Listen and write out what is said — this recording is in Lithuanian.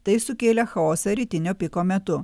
tai sukėlė chaosą rytinio piko metu